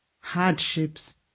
hardships